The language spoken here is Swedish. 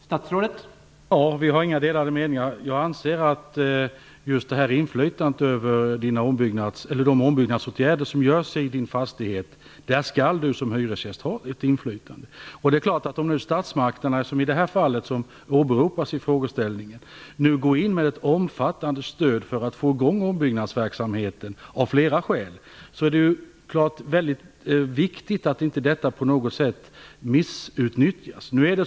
Herr talman! Vi har inga delade meningar. Jag anser att man som hyresgäst skall ha ett inflytande över de ombyggnader som görs i ens fastighet. Om statsmakterna går in med ett omfattande stöd för att få igång ombyggnadsverksamheten är det naturligtvis viktigt att detta inte missutnyttjas.